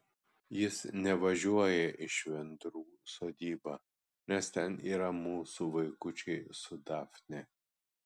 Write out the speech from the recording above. jis nevažiuoja į švendrų sodybą nes ten yra mūsų vaikučiai su dafne